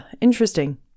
interesting